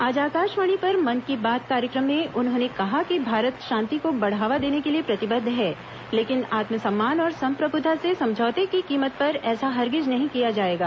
आज आकाशवाणी पर मन की बात कार्यक्रम में उन्होंने कहा कि भारत शांति को बढ़ावा देने के लिए प्रतिबद्ध है लेकिन आत्मसम्मान और संप्रभुता से समझौते की कीमत पर ऐसा हरगिज नहीं किया जाएगा